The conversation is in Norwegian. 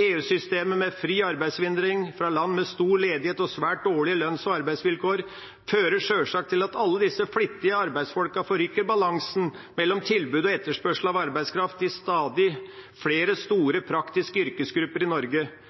EU-systemet med fri arbeidsinnvandring fra land med stor ledighet og svært dårlige lønns- og arbeidsvilkår fører sjølsagt til at alle disse flittige arbeidsfolkene forrykker balansen mellom tilbud og etterspørsel av arbeidskraft i stadig flere